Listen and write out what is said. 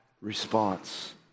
response